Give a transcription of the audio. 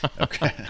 Okay